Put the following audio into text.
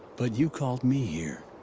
but you called me here.